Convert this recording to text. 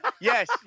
yes